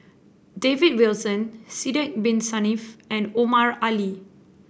David Wilson Sidek Bin Saniff and Omar Ali